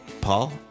Paul